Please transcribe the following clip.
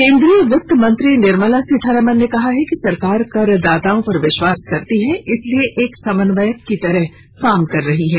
केन्द्रीय वित्तमंत्री निर्मला सीतारामन ने कहा कि सरकार करदाताओं पर विश्वास करती है इसलिए एक समन्वयक की तरह काम कर रही है